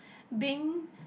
being